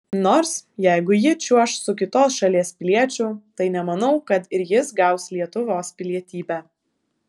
nors jeigu ji čiuoš su kitos šalies piliečiu tai nemanau kad ir jis gaus lietuvos pilietybę